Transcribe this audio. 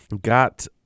got